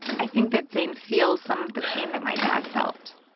i think that zane feels some of the pain that my dad felt.